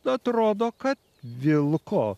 atrodo kad vilko